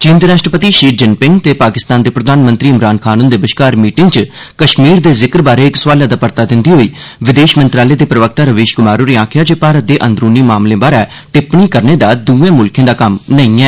चीन दे राष्ट्रपति शी जिनपिंग ते पाकिस्तान दे प्रधानमंत्री इमरन खान होंदे बश्कार मीटिंग च कश्मीर दे जिक्र बारै इक सोआलै दा परता दिंदे होई विदेश मंत्रालय दे प्रवक्ता रवीश कुमार होरें आखेआ जे भारत दे अंदरूनी मामलें बारै टिप्पणी करना दुए मुल्खें दा कम्म नेई ऐ